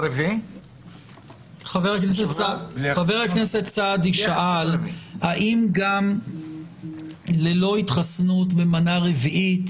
חבר הכנסת סעדי שאל האם גם ללא התחסנות במנה רביעית